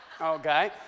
okay